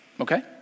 okay